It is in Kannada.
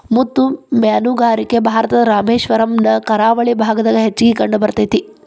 ಮುತ್ತು ಮೇನುಗಾರಿಕೆ ಭಾರತದ ರಾಮೇಶ್ವರಮ್ ನ ಕರಾವಳಿ ಭಾಗದಾಗ ಹೆಚ್ಚಾಗಿ ಕಂಡಬರ್ತೇತಿ